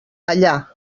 allà